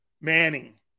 Manning